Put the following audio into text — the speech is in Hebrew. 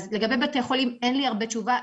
אז לגבי בתי החולים, אין לי הרבה תשובה.